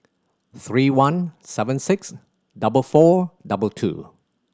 three one seven six double four double two